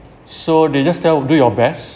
so they just tell do your best